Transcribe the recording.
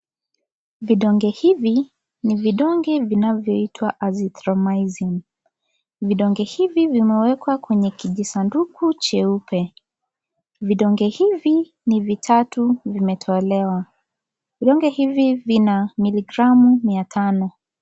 Vidonge hivi ni vidonge vinavyoitwa Azithromycin . Vidonge hivi vimewekwa kwenye kijisanduku cheupe. Vidonge hivi ni vitatu vimetolewa. Vidonge hivi vina miligramu mia tano.